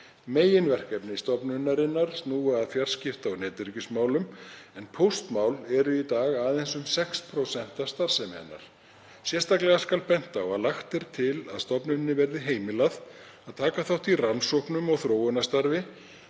Meginverkefni stofnunarinnar snúa að fjarskipta- og netöryggismálum, en póstmál eru í dag aðeins um 6% af starfsemi hennar. Sérstaklega skal bent á að lagt er til að stofnuninni verði heimilað að taka þátt í rannsóknum og þróunarstarfi